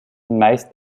meist